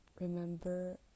remember